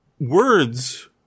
words